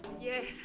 Yes